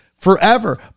forever